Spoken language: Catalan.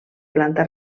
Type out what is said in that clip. planta